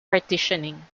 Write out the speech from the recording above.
partitioning